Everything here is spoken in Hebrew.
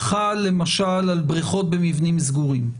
חל למשל על בריכות במבנים סגורים.